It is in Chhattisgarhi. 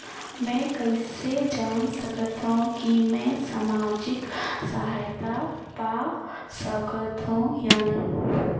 मै कइसे जान सकथव कि मैं समाजिक सहायता पा सकथव या नहीं?